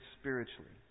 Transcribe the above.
spiritually